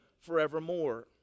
forevermore